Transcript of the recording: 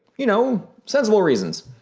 you know, sensible reasons.